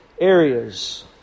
areas